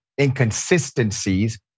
inconsistencies